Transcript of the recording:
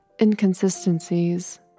inconsistencies